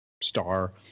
star